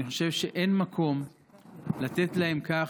אני חושב שאין מקום לתת להם כך,